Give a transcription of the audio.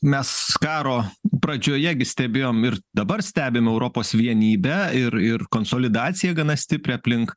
mes karo pradžioje gi stebėjom ir dabar stebim europos vienybę ir ir konsolidaciją gana stiprią aplink